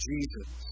Jesus